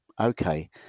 okay